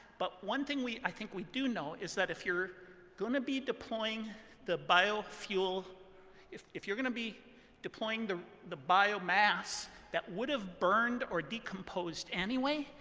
but one thing i think we do know is that if you're going to be deploying the biofuel if if you're going to be deploying the the biomass that would have burned or decomposed anyway,